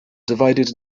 divided